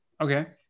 Okay